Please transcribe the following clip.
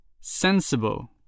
Sensible